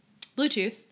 Bluetooth